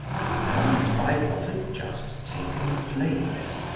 stunned by what had just taken place.